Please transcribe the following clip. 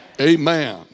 Amen